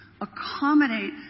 accommodate